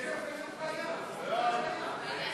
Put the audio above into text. חוק התכנון והבנייה